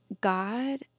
God